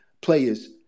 players